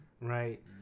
right